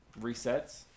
resets